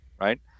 right